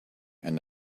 and